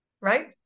Right